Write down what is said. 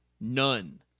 None